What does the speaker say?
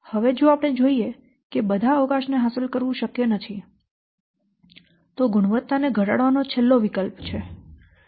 હવે જો આપણે જોઈએ કે બધા અવકાશ ને હાંસલ કરવું શક્ય નથી તો ગુણવત્તા ને ઘટાડવાનો છેલ્લો વિકલ્પ છે